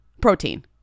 protein